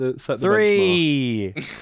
Three